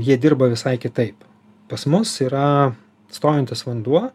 jie dirba visai kitaip pas mus yra stovintis vanduo